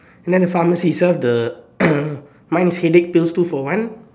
and then the pharmacy it sell the mine is headache pills two for one